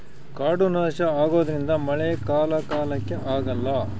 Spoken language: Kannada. ಕಾಡು ನಾಶ ಆಗೋದ್ರಿಂದ ಮಳೆ ಕಾಲ ಕಾಲಕ್ಕೆ ಆಗಲ್ಲ